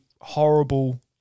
horrible